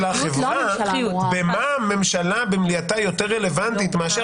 במה הממשלה במליאתה יותר רלוונטית מאשר